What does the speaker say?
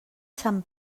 sant